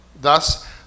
Thus